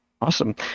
Awesome